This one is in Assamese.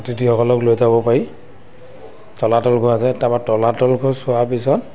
অতিথিসকলক লৈ যাব পাৰি তলাতল ঘৰ আছে তাৰপৰা তলাতল ঘৰ চোৱাৰ পিছত